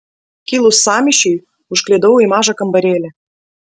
kilus sąmyšiui užklydau į mažą kambarėlį